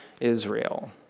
Israel